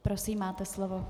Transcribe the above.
Prosím, máte slovo.